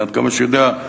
עד כמה שאני יודע,